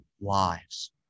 lives